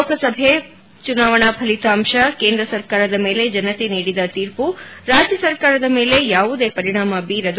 ಲೋಕಸಭೆ ಚುನಾವಣಾ ಫಲಿತಾಂಶ ಕೇಂದ್ರ ಸರ್ಕಾರದ ಮೇಲೆ ಜನತೆ ನೀಡಿದ ತೀರ್ಮ ರಾಜ್ಯ ಸರ್ಕಾರದ ಮೇಲೆ ಯಾವುದೇ ಪರಿಣಾಮ ಬೀರದು